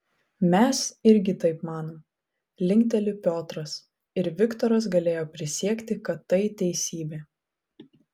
mes irgi taip manom linkteli piotras ir viktoras galėjo prisiekti kad tai teisybė